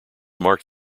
marked